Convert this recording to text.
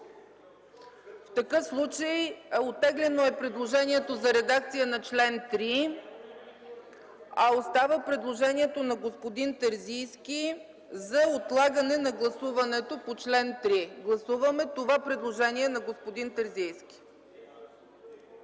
В такъв случай е оттеглено предложението за редакция на чл. 3, а остава предложението на господин Терзийски за отлагане гласуването по чл. 3. Подлагам на гласуване това предложение на господин Терзийски.